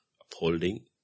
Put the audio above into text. Upholding